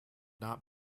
not